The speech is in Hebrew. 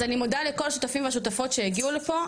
אני מודה לכל השותפים והשותפות שהגיעו לפה.